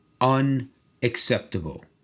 unacceptable